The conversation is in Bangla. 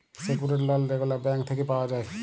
সেক্যুরড লল যেগলা ব্যাংক থ্যাইকে পাউয়া যায়